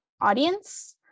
audience